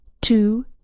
two